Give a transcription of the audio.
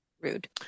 rude